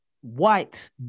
white